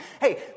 Hey